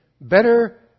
better